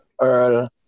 Earl